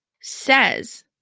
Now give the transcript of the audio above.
says